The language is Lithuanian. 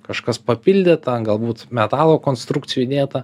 kažkas papildyta galbūt metalo konstrukcijų įdėta